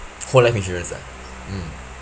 whole life insurance ah mm